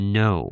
no